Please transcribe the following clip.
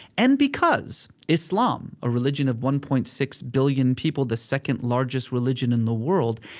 and because islam, a religion of one point six billion people, the second largest religion in the world,